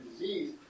disease